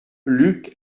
luc